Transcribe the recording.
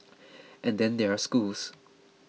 and then there are schools